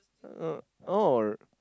uh oh